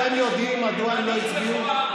אתם יודעים מדוע הם לא הצביעו?